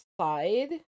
side